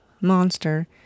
Monster